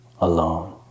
alone